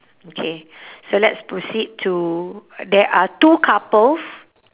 okay so let's proceed to there are two couples